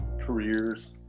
careers